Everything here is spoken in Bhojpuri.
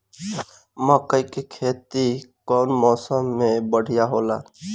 मकई के खेती कउन मौसम में बढ़िया होला?